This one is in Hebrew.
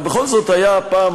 אבל בכל זאת היה הפעם,